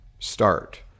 start